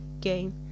game